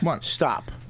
stop